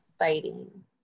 Exciting